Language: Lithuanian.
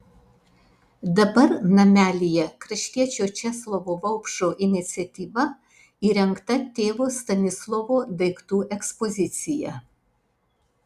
dabar namelyje kraštiečio česlovo vaupšo iniciatyva įrengta tėvo stanislovo daiktų ekspozicija